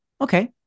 okay